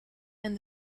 and